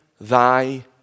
thy